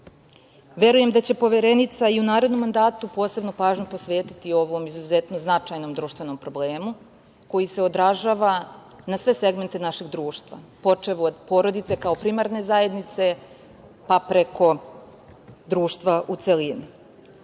Verujem da će Poverenica i u narednom mandatu posebnu pažnju posvetiti ovom izuzetno značajnom društvenom problemu koji se odražava na sve segmente našeg društva, počev od porodice kao primarne zajednice, pa preko društva u celini. Bilo